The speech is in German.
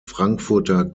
frankfurter